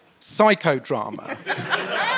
psychodrama